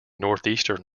northeastern